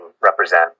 represent